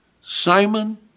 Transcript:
Simon